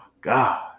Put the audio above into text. God